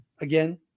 again